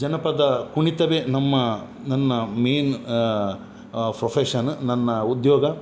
ಜನಪದ ಕುಣಿತವೆ ನಮ್ಮ ನನ್ನ ಮೈನ್ ಫ್ರೊಫೆಶನ್ ನನ್ನ ಉದ್ಯೋಗ